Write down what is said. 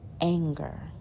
anger